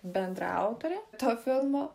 bendraautorė to filmo